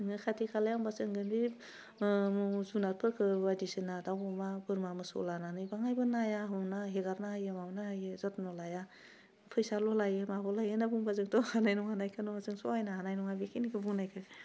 नोङो खाथि खालायाव होमबा सोंगोन जि ओह जुनादफोरखौ बायदिसिना दाव अमा बोरमा मोसौ लानानै बाङायबो नाया अना हेगारना होयो माबाना होयो जथ्न लाया फैसाल' लायो माबाल' लायो होन्ना बुंबा जोंथ' हानाय नङा हानायखौ नङा जों सहायनो हानाय नङा बेखिनिखौ बुंनायखौ